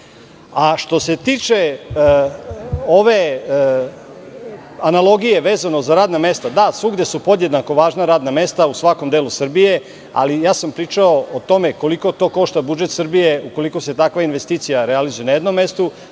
svuda su podjednako važna radna mesta, da, svuda su podjednako važna radna mesta, u svakom delu Srbije, ali ja sam pričao o tome koliko to košta budžet Srbije ukoliko se takva investicija realizuje na jednom mestu,